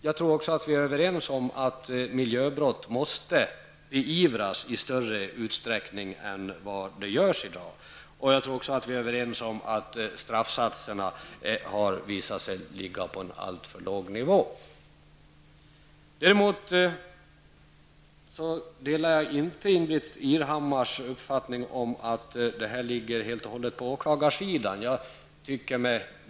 Jag tror emellertid att det råder enighet om att miljöbrotten i större utsträckning än hittills skall beivras och att straffsatsen ligger på en alltför låg nivå. Däremot delar jag inte Ingbritt Irhammars uppfattning om att detta helt och hållet ligger på åklagarsidan.